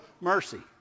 Mercy